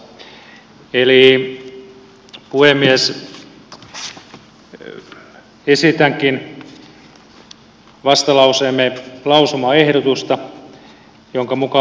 esitänkin vastalauseemme lausumaehdotusta jonka mukaan